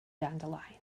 dandelion